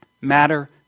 Matter